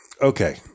Okay